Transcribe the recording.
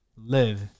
Live